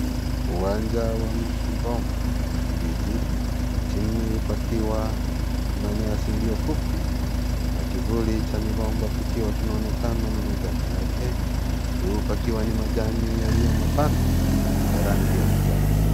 Uwanja wa migomba ya ndizi chini pakiwa na nyasi iliyo fupi na kivuli cha migomba kikiwa kinaonekana na majani yake juu pakiwa ni majani yaliyo mapana ya rangi ya kijani.